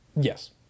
Yes